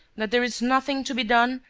that there is nothing to be done,